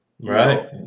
Right